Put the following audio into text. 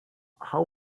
how